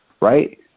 right